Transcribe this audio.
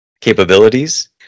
capabilities